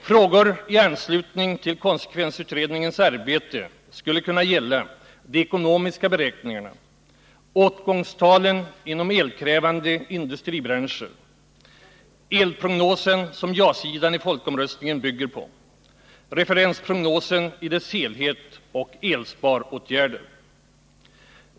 Frågor i anslutning till konsekvensutredningens arbete skulle kunna gälla de ekonomiska beräkningarna, åtgångstalen inom elkrävande industribranscher, elprognosen, som ja-sidan i folkomröstningen bygger på, referensprognosen i dess helhet och elsparåtgärder.